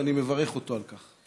ואני מברך אותו על כך.